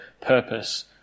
purpose